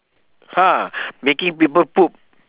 !huh! making people poop